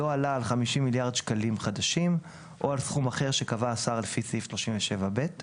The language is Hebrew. נמוך מ־50 מיליארד שקלים חדשים או סכום אחר שקבע השר לפי סעיף 37(ב);